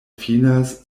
finas